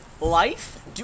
life